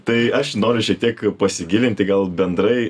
tai aš noriu šiek tiek pasigilinti gal bendrai